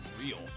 real